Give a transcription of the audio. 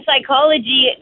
psychology